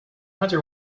hunter